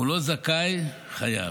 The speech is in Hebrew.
הוא לא זכאי, חייב,